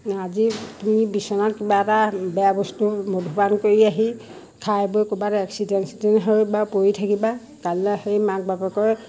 এ আজি তুমি বিচনাত কিবা এটা বেয়া বস্তু মদ্যপান কৰি আহি খাই বৈ ক'ৰবাত এক্সিডেণ্ট চেক্সিডেণ্ট হৈ বা পৰি থাকিবা কাইলৈ সেই মাক বাপেকৰে